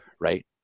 Right